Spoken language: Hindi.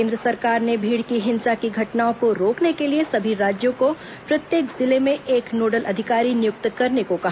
केंद्र सरकार ने भीड़ की हिंसा की घटनाओं को रोकने के लिए सभी राज्यों को प्रत्येक जिले में एक नोडल अधिकारी नियुक्त करने को कहा